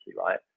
right